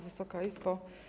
Wysoka Izbo!